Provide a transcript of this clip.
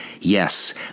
Yes